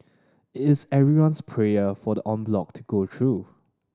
it's everyone's prayers for the en bloc to go through